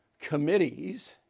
committees